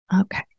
Okay